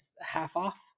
half-off